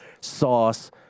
Sauce